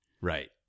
Right